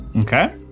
Okay